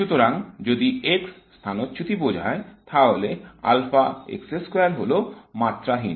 সুতরাং যদি x স্থানচ্যুতি বোঝায় তাহলে হল মাত্রাহীন